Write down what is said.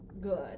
good